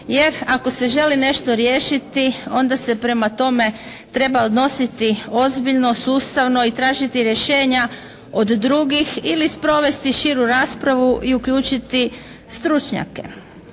Jer ako se želi nešto riješiti onda se prema tome treba odnositi ozbiljno, sustavno i tražiti rješenja od drugih ili sprovesti širu raspravu i uključiti stručnjake.